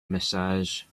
massage